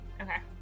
Okay